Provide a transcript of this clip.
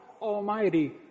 Almighty